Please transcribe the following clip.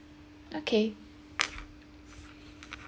okay